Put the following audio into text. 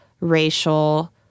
racial